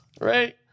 right